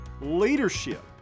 leadership